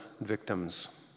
victims